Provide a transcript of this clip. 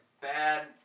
bad